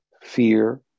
Fear